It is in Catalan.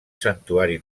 santuari